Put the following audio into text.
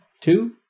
Two